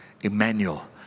Emmanuel